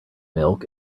milk